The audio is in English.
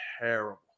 terrible